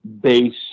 base